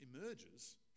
emerges